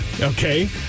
Okay